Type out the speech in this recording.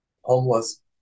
homeless